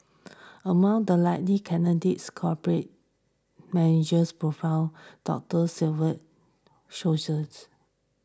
among the likely candidates corporate managers professionals doctors civil socials